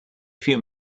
few